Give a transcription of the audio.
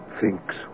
thinks